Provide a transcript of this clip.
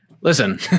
Listen